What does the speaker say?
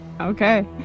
okay